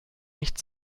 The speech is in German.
nicht